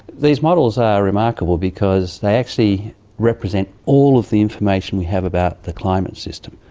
these models are remarkable because they actually represent all of the information we have about the climate system.